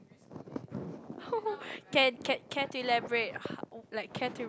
can can can you elaborate how like can you